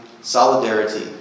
solidarity